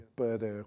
para